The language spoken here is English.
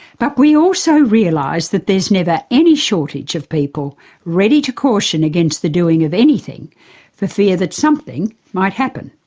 but we also realised that there's never any shortage of people ready to caution against the doing of anything for fear that something might happen.